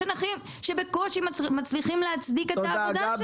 אנשים שבקושי מצליחים להצדיק את העבודה שלהם.